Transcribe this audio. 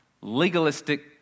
legalistic